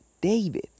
david